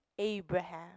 Abraham